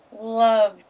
love